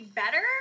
better